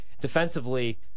Defensively